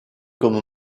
comme